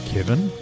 Kevin